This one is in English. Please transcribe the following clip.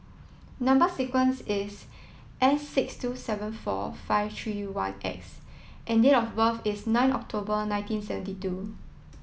number sequence is S six two seven four five three one X and date of birth is nine October nineteen seventy two